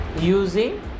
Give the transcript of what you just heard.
using